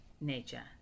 nature